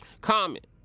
Comment